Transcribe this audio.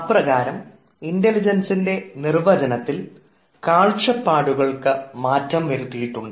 അപ്രകാരം ഇൻറലിജൻസിൻറെ നിർവചനത്തിൽ കാഴ്ചപ്പാടുകൾക്ക് മാറ്റങ്ങൾ വരുത്തിയിട്ടുണ്ട്